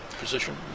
position